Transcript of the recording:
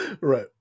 Right